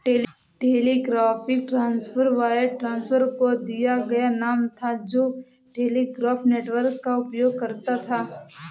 telegraphic transfer wire transfer को दिया गया नाम था जो टेलीग्राफ नेटवर्क का उपयोग करता था